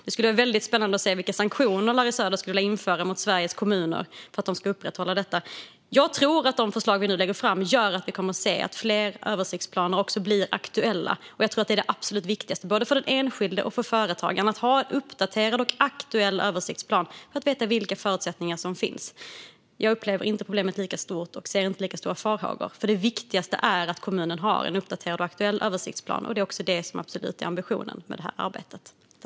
Det skulle vara väldigt spännande att se vilka sanktioner Larry Söder skulle vilja införa mot Sveriges kommuner för att de ska upprätthålla detta. Jag tror att de förslag som vi nu lägger fram kommer att göra att vi får se att fler översiktsplaner blir aktuella. Att ha en uppdaterad och aktuell översiktsplan tror jag är absolut viktigast både för enskilda och för företag så att de vet vilka förutsättningar som finns. Jag upplever inte problemet lika stort och har inte lika stora farhågor. Det viktigaste är att kommunerna har uppdaterade och aktuella översiktsplaner, och detta är också ambitionen i arbetet.